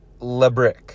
Lebrick